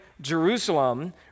Jerusalem